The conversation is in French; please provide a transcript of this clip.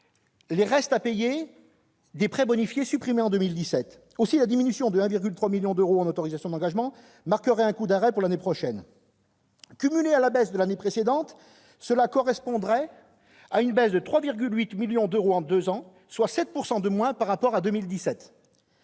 les restes à payer des prêts bonifiés supprimés en 2017 ! Aussi la diminution de 1,3 million d'euros en autorisations d'engagement marquerait un coup d'arrêt pour l'année prochaine. Cumulée à celle de l'année précédente, elle correspondrait à une baisse de 3,8 millions d'euros en deux ans, soit 7 % de moins par rapport à 2017.